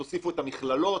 תוסיפו את המכללות,